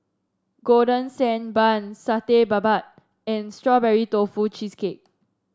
Golden Sand Bun Satay Babat and Strawberry Tofu Cheesecake